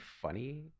funny